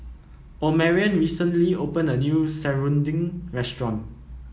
Omarion recently opened a new serunding restaurant